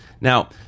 Now